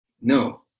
No